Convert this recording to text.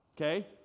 Okay